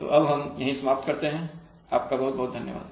तो अब हम यही समाप्त करते हैं आपका बहुत बहुत धन्यवाद